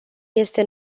este